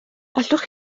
allwch